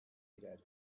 birer